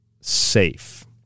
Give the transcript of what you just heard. safe